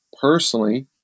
personally